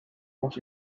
was